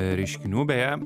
reiškinių beje